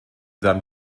seinem